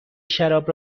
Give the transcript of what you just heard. شراب